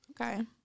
Okay